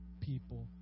people